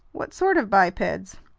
what sort of bipeds?